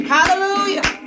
Hallelujah